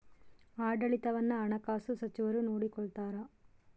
ಆಡಳಿತವನ್ನು ಹಣಕಾಸು ಸಚಿವರು ನೋಡಿಕೊಳ್ತಾರ